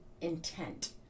intent